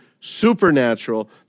supernatural